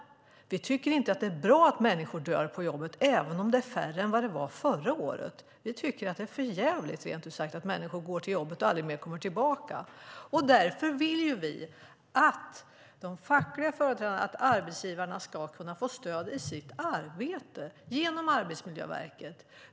Vi tycker inte att det är bra att människor dör på jobbet, även om det är färre förra året. Vi tycker att det är för djävligt, rent ut sagt, att människor går till jobbet och aldrig mer kommer tillbaka. Därför vill vi att de fackliga företrädarna och arbetsgivarna ska kunna få stöd i sitt arbete genom Arbetsmiljöverket.